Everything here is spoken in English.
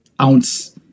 ounce